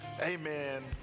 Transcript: amen